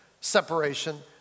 separation